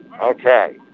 Okay